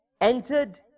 entered